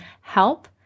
help